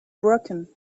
broken